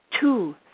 two